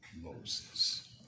Moses